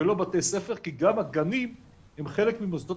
ולא בתי ספר כי גם הגנים הם חלק ממוסדות